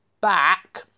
back